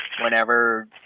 whenever –